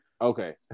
Okay